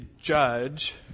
judge